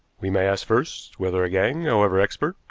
we may ask first, whether a gang, however expert,